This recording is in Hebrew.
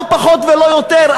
לא פחות ולא יותר,